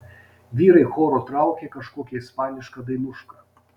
vyrai choru traukė kažkokią ispanišką dainušką